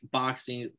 boxing